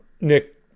nick